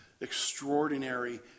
extraordinary